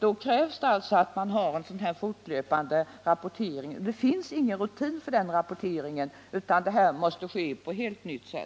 det krävs alltså att man har en fortlöpande rapportering. Det finns ingen rutin för den rapporteringen, utan den måste ske på helt nytt sätt.